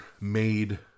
made